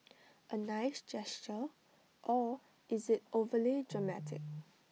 A nice gesture or is IT overly dramatic